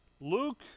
Luke